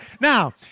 Now